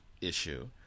issue